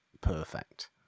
perfect